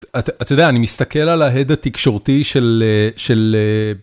אתה יודע אני מסתכל על ההד התקשורתי של.